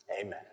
Amen